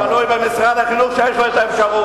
זה תלוי במשרד החינוך, שיש לו האפשרות.